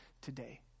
today